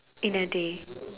in a day